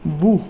وُہ